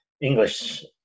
English